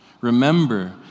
Remember